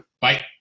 bye